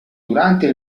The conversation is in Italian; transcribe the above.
durante